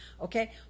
okay